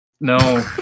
No